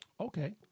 Okay